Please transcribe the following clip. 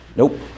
Nope